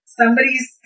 somebody's